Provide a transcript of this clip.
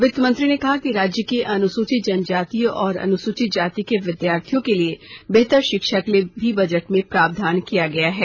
वित मंत्री ने कहा कि राज्य के अनुसूचित जनजाति और अनुसूचित जाति के विधार्थियों के लिए बेहतर शिक्षा के लिए भी बजट में प्रावधान किया गया है